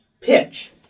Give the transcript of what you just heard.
pitch